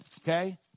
Okay